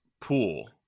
pool